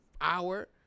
hour